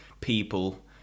people